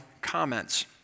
comments